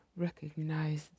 recognize